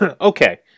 Okay